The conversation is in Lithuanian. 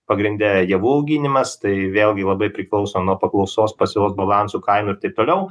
pagrinde javų auginimas tai vėlgi labai priklauso nuo paklausos pasiūlos balansų kainų ir taip toliau